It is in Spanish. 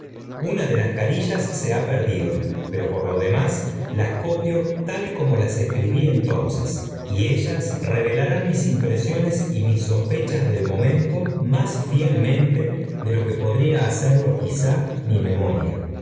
una de las carillas se ha perdido pero por lo demás las copio tal como las escribí entonce y ellas revelarán mis impresiones y mis sospechas del momento más fielmente de lo que podría hacerlo quizá mi memoria